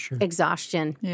exhaustion